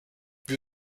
wir